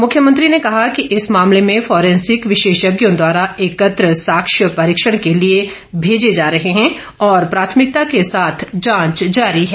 मुख्यमंत्री ने कहा कि इस मामले में फारेंसिक विशेषज्ञों द्वारा एकत्र साक्ष्य परीक्षण के लिए भेजे जा रहे हैं और प्राथमिकता के साथ जांच जारी है